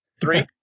Three